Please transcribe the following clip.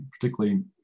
particularly